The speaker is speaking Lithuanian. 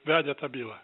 vedė tą bylą